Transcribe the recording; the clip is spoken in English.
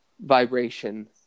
vibration